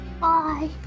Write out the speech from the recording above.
bye